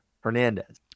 hernandez